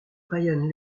ryan